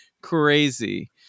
crazy